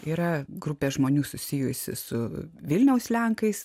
yra grupė žmonių susijusi su vilniaus lenkais